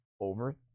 Over